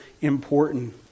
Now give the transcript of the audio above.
important